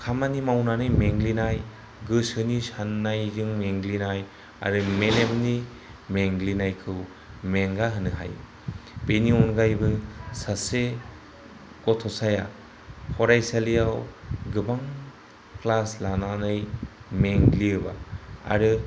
खामानि मावनानै मेंग्लिनाय गोसोनि सान्नायजों मेंग्लिनाय आरो मेलेमनि मेंग्लिनायखौ मेंगा होनो हायो बेनि अनगायैबो सासे गथ'साया फरायसालियाव गोबां क्लास लानानै मेंग्लियोबा आरो